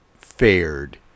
fared